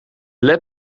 led